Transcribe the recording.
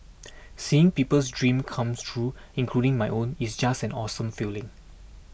seeing people's dreams come true including my own it's just an awesome feeling